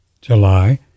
July